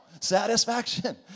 satisfaction